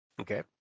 Okay